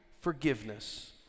forgiveness